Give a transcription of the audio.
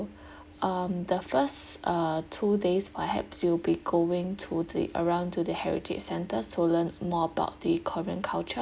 um the first uh two days perhaps you'll be going to the around to the heritage centre so learn more about the korean culture